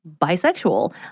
bisexual